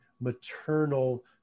maternal